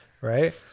right